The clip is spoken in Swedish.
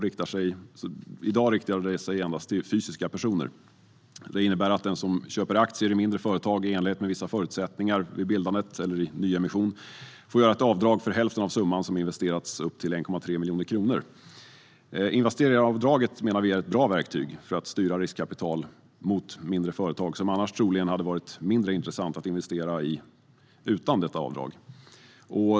I dag riktar sig detta endast till fysiska personer, vilket innebär att den som köper aktier i mindre företag - i enlighet med vissa förutsättningar vid bildandet eller vid nyemission - får göra avdrag för hälften av summan som har investerats, upp till 1,3 miljoner kronor. Vi menar att investeraravdraget är ett bra verktyg för att styra riskkapital mot mindre företag, som troligen hade varit mindre intressanta att investera i utan detta avdrag.